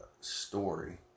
story